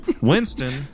Winston